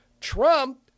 Trump